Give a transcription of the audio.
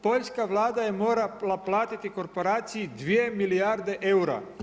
Poljska Vlada je morala platiti korporaciji 2 milijarde eura.